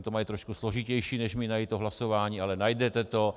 Oni mají trošku složitější než my najít to hlasování, ale najdete to.